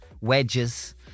wedges